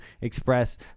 express